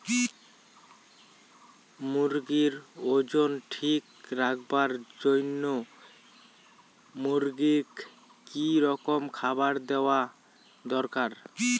মুরগির ওজন ঠিক রাখবার জইন্যে মূর্গিক কি রকম খাবার দেওয়া দরকার?